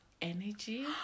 energy